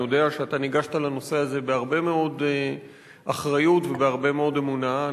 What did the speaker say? אני יודע שניגשת לנושא הזה בהרבה מאוד אחריות ובהרבה מאוד אמונה.